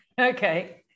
Okay